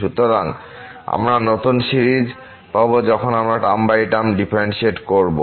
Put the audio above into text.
সুতরাং আমরা নতুন সিরিজ পাবো যখন আমরা টার্ম বাই টার্ম ডিফারেন্শিয়েট করবো